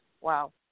Wow